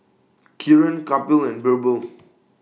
Kiran Kapil and Birbal